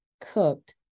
cooked